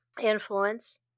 influence